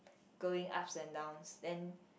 going ups and downs then